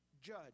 judge